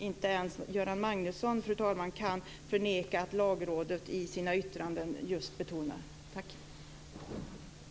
Inte ens Göran Magnusson kan förneka att Lagrådet i sina yttranden betonade den.